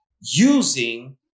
using